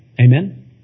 Amen